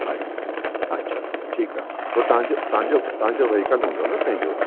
अच्छा अच्छा ठीकु आहे पोइ तव्हांजो तव्हांजो तव्हांजो वहिकल हूंदो न पंहिंजो